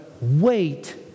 wait